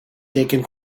taken